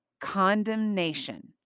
condemnation